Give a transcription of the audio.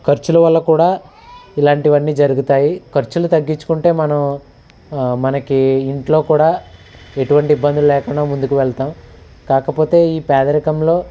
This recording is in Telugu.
ఖర్చుల వల్ల కూడా ఇలాంటివన్నీ జరుగుతాయి ఖర్చులు తగ్గించుకుంటే మనం మనకి ఇంట్లో కూడా ఎటువంటి ఇబ్బందులు లేకుండా ముందుకు వెళ్తాం కాకపోతే ఈ పేదరికంలో